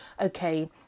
Okay